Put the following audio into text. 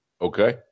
Okay